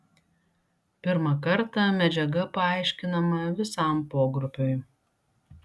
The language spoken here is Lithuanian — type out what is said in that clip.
pirmą kartą medžiaga paaiškinama visam pogrupiui